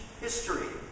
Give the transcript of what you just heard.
history